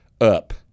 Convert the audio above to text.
up